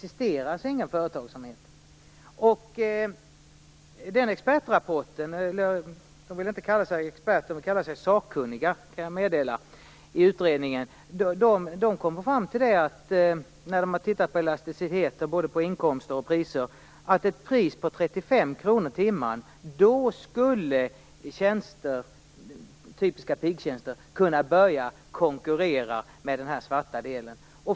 I den s.k. expertrapporten - jag kan meddela att de inte vill bli kallade experter utan vill kalla sig sakkunniga - kom man, efter att ha tittat på elasticitet på både inkomster och priser, fram till att priset 35 kr per timme skulle göra att pigtjänster skulle kunna börja konkurrera med de svarta.